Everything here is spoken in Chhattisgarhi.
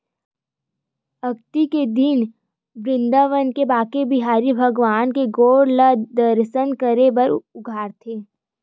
अक्ती के दिन बिंदाबन म बाके बिहारी भगवान के गोड़ ल दरसन करे बर उघारथे